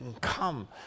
come